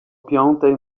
piątej